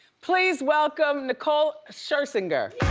please welcome nicole scherzinger.